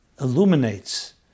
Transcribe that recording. illuminates